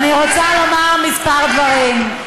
אני קוראת אותך לסדר פעם שנייה.